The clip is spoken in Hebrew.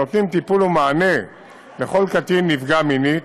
הנותנים טיפול ומענה לכל קטין נפגע מינית.